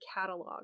catalog